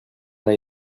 una